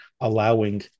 allowing